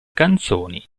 canzoni